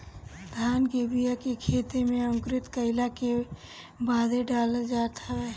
धान के बिया के खेते में अंकुरित कईला के बादे डालल जात हवे